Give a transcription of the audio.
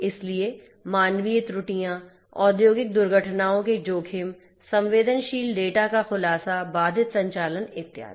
इसलिए मानवीय त्रुटियां औद्योगिक दुर्घटनाओं के जोखिम संवेदनशील डेटा का खुलासा बाधित संचालन इत्यादि